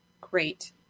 great